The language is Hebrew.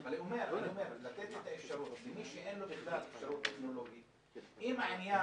אני אומר לתת את האפשרות שמי שאין לו אפשרות טכנולוגית בכלל,